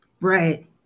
Right